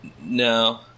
No